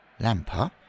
Lamper